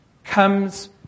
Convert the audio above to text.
Comes